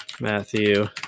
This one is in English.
Matthew